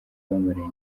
bamaranye